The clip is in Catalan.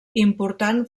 important